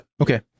Okay